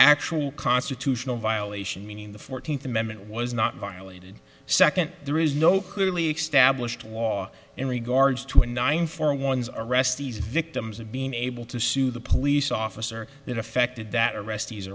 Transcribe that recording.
actual constitutional violation meaning the fourteenth amendment was not violated second there is no clearly established law in regards to a nine for one's arrest these victims of being able to sue the police officer that affected that arrest these